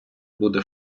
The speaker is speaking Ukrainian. буде